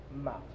mouth